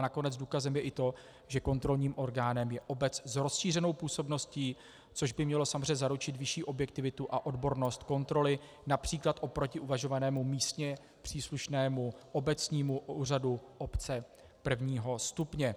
Nakonec důkazem je i to, že kontrolním orgánem je obec s rozšířenou působností, což by mělo samozřejmě zaručit vyšší objektivitu a odbornost kontroly například proti uvažovanému místně příslušnému obecnímu úřadu obce prvního stupně.